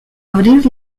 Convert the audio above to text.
abrir